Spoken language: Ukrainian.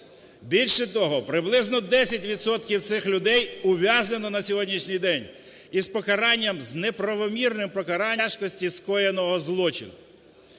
Більше того, приблизно 10 відсотків цих людей ув'язнено на сьогоднішній день із покаранням, з неправомірним покаранням щодо тяжкості скоєного злочину.